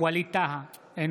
ווליד טאהא,